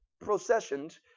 processions